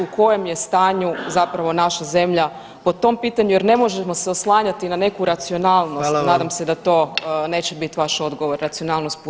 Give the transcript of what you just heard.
U kojem je stanju zapravo naša zemlja po pitanju jer ne možemo se oslanjati na neku racionalnost [[Upadica predsjednik: Hvala vam.]] nadam se da to neće biti vaš odgovor, racionalnost Putin.